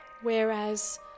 whereas